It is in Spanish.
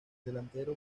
delantero